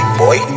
boy